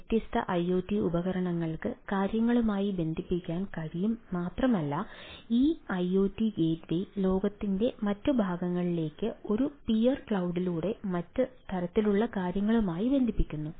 വ്യത്യസ്ത ഐഒടി ഉപകരണങ്ങൾക്ക് കാര്യങ്ങളുമായി ബന്ധിപ്പിക്കാൻ കഴിയും മാത്രമല്ല ഈ ഐഒടി ഗേറ്റ്വേ ലോകത്തിന്റെ മറ്റ് ഭാഗങ്ങളിലേക്ക് ഒരു പിയർ ക്ലൌഡിലൂടെ മറ്റ് തരത്തിലുള്ള കാര്യങ്ങളുമായി ബന്ധിപ്പിക്കുന്നു